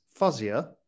fuzzier